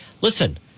listen